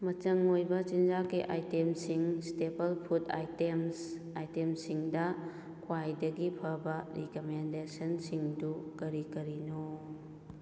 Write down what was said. ꯃꯆꯪ ꯑꯣꯏꯕ ꯆꯤꯟꯖꯥꯛꯀꯤ ꯑꯥꯏꯇꯦꯝꯁꯤꯡ ꯁ꯭ꯇꯦꯄꯜ ꯐꯨꯗ ꯑꯥꯏꯇꯦꯝꯁ ꯑꯥꯏꯇꯦꯝꯁꯤꯡꯗ ꯈ꯭ꯋꯥꯏꯗꯒꯤ ꯐꯕ ꯔꯤꯀꯃꯦꯟꯗꯦꯁꯟꯁꯤꯡꯗꯨ ꯀꯔꯤ ꯀꯔꯤꯅꯣ